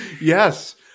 Yes